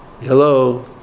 Hello